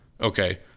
okay